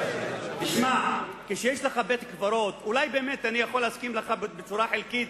תשמע, אני אולי יכול להסכים אתך בצורה חלקית,